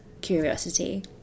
curiosity